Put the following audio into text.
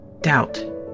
Doubt